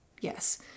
Yes